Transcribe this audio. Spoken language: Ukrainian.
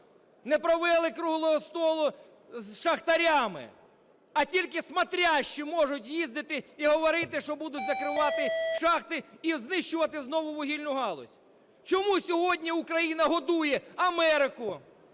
Не провели круглого столу з шахтарями, а тільки "смотрящіє" можуть їздити і говорити, що будуть закривати шахти і знищувати знову вугільну галузь. Чому сьогодні Україна годує Америку,